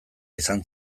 izan